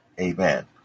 Amen